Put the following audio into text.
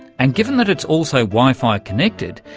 and given that it's also wifi connected,